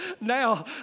Now